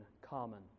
common